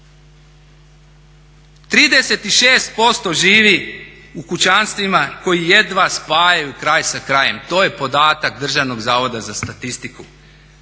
36% živi u kućanstvima koji jedva spajaju kraj sa krajem. To je podatak Državnog zavoda za statistiku.